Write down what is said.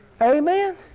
Amen